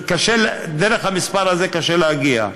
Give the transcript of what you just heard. ודרך המספר הזה קשה להגיע.